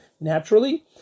naturally